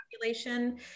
population